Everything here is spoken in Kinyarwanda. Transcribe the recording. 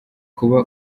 kuba